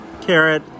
carrot